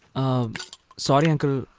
um sorry uncle,